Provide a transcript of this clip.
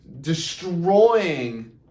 destroying